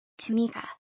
tamika